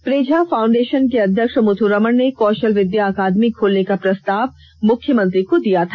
प्रेझा foundation के अध्यक्ष मुथुरमण ने कौषल विद्या अकादमी खोलने का प्रस्ताव मुख्यमंत्री को दिया था